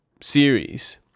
series